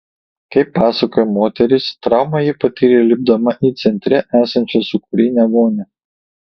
kaip pasakoja moteris traumą ji patyrė lipdama į centre esančią sūkurinę vonią